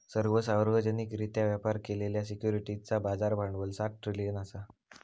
सर्व सार्वजनिकरित्या व्यापार केलेल्या सिक्युरिटीजचा बाजार भांडवल सात ट्रिलियन असा